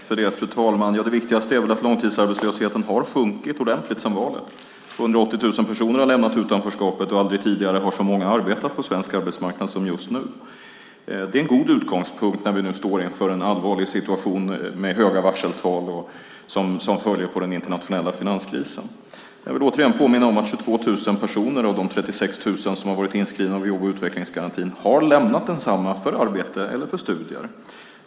Fru talman! Det viktigaste är väl att långtidsarbetslösheten har sjunkit ordentligt sedan valet. Det är 180 000 personer som har lämnat utanförskapet. Aldrig tidigare har så många arbetat på svensk arbetsmarknad som just nu. Det är en god utgångspunkt när vi nu står inför en allvarlig situation med höga varseltal som följer på den internationella finanskrisen. Jag vill återigen påminna om att 22 000 personer av de 36 000 som har varit inskrivna i jobb och utvecklingsgarantin har lämnat densamma för arbete eller för studier.